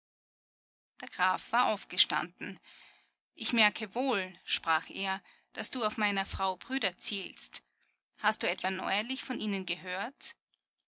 der graf war aufgestanden ich merke wohl sprach er daß du auf meiner frau brüder zielst hast du etwa neuerlich von ihnen gehört